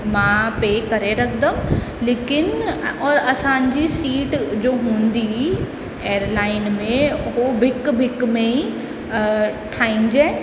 मां पे करे रखंदमि लेकिन और असांजी सीट जो हूंदी एयरलाइन में हू भिक भिक में ई ठाहिजांइ